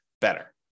better